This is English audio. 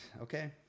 okay